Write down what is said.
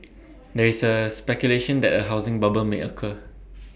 there is A speculation that A housing bubble may occur